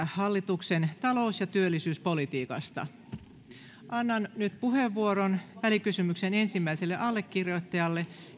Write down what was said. hallituksen talous ja työllisyyspolitiikasta annan nyt puheenvuoron välikysymyksen ensimmäiselle allekirjoittajalle